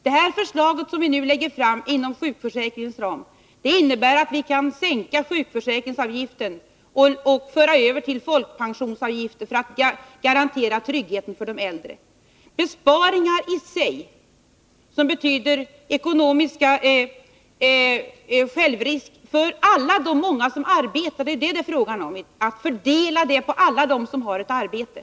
Det förslag inom sjukförsäkringens ram som vi nu lägger fram innebär, att vi kan sänka sjukförsäkringsavgiften och föra över medel till folkpensionsavgifterna, för att garantera tryggheten för de äldre. Det är besparingar som innebär en ekonomisk självrisk för alla dem som arbetar, och det är alltså fråga om att fördela den på dem som har ett arbete.